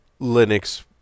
Linux